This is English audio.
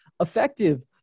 effective